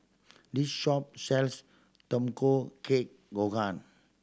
this shop sells Tamago Kake Gohan